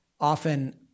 often